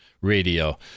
Radio